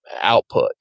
output